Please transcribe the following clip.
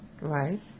Right